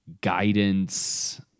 guidance